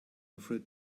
afraid